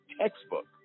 textbook